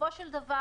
בסופו של דבר,